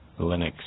Linux